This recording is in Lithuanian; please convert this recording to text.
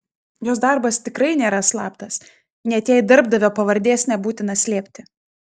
jos darbas tikrai nėra slaptas net jei darbdavio pavardės nebūtina slėpti